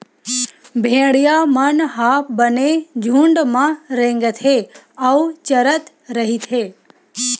भेड़िया मन ह बने झूंड म रेंगथे अउ चरत रहिथे